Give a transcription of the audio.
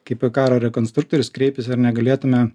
kaip į karo rekonstruktorius kreipėsi ar negalėtume